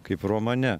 kaip romane